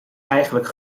eigenlijk